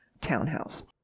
townhouse